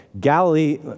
Galilee